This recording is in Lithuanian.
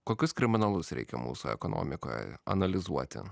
kokius kriminalus reikia mūsų ekonomikoje analizuoti